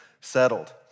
settled